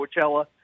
Coachella